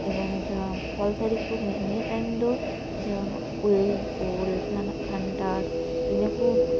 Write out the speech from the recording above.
ᱮᱵᱚᱝ ᱡᱟᱦᱟᱸ ᱯᱷᱚᱞ ᱫᱟᱨᱮ ᱠᱚ ᱢᱮᱱᱟᱜ ᱱᱤᱭᱟᱹ ᱴᱟᱭᱤᱢ ᱫᱚ ᱡᱟᱦᱟᱸᱱᱟᱜ ᱤᱫ ᱳᱞ ᱡᱟᱦᱟᱸᱱᱟᱜ ᱠᱟᱱᱴᱷᱟᱲ ᱤᱱᱟᱹ ᱠᱚ